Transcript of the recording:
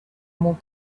more